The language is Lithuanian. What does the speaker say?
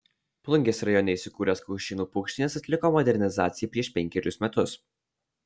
plungės rajone įsikūręs kaušėnų paukštynas atliko modernizaciją prieš penkerius metus